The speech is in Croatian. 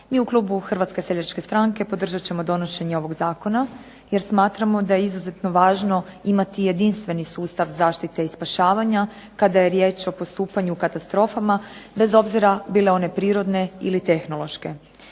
Mi u klubu Hrvatske seljačke stranke podržat ćemo donošenje ovog zakona, jer smatramo da je izuzetno važno imati jedinstveni sustav zaštite i spašavanja kada je riječ o postupanju u katastrofama bez obzira bile one prirodne ili tehnološke.